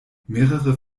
mehrere